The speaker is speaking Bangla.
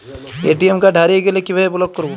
এ.টি.এম কার্ড হারিয়ে গেলে কিভাবে ব্লক করবো?